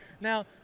Now